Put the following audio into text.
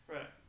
Right